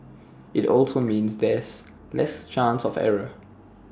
IT also means there's less chance of error